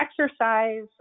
exercise